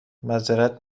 معذرت